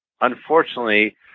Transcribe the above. unfortunately